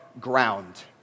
ground